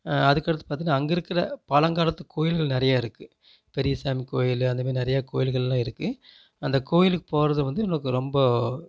அதற்கு அடுத்து பார்த்தீங்கன்னா அங்கே இருக்கிற பழங்காலத்து கோயில்கள் நிறைய இருக்கு பெரிய சாமி கோயில் அந்தமாரி நிறையா கோயில்கள் எல்லாம் இருக்கு அந்த கோயிலுக்கு போகறது வந்து எனக்கு ரொம்ப